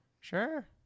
Sure